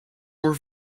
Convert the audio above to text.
were